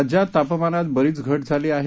राज्यात तापमानात बरीच घट झाली आहे